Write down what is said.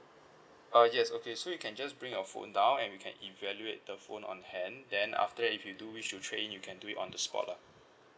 uh yes okay so you can just bring your phone down and we can evaluate the phone on hand then after that if you do wish to trade in you can do it on the spot lah